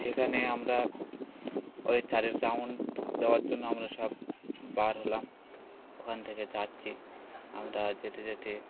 সেখানে আমরা ওই চারি রাউন্ড দেওয়ার জন্য আমরা সব বার হলাম ওখান থেকে যাচ্ছি আমরা যেতে যেতে